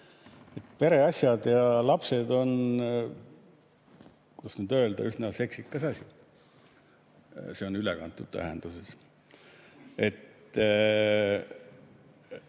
Pereasjad ja lapsed on, kuidas nüüd öelda, üsna seksikas asi. See on ülekantud tähenduses.